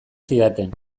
zidaten